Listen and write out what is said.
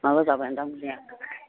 माबा जाबायदां बुंनाया